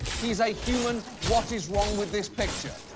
he is a human what is wrong with this picture?